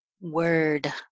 Word